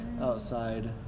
outside